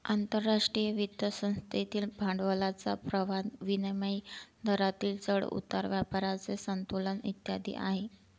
आंतरराष्ट्रीय वित्त संस्थेतील भांडवलाचा प्रवाह, विनिमय दरातील चढ उतार, व्यापाराचे संतुलन इत्यादी आहे